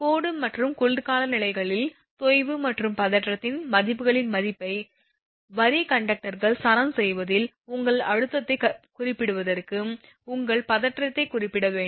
கோடு மற்றும் குளிர்கால நிலைகளில் தொய்வு மற்றும் பதற்றத்தின் மதிப்புகளின் மதிப்பை வரி கண்டக்டர்கள் சரம் செய்வதில் உங்கள் அழுத்தத்தை குறிப்பிடுவதற்கு உங்கள் பதற்றத்தைக் குறிப்பிட வேண்டும்